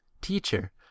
teacher